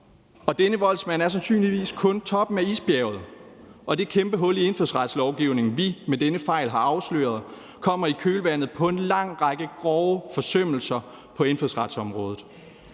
Denne voldsmand er sandsynligvis kun toppen af isbjerget. Og det kæmpe hul i indfødsretslovgivningen, vi med denne fejl har afsløret, kommer i kølvandet på en lang række grove forsømmelser på indfødsretsområdet: